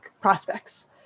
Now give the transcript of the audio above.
prospects